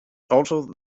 also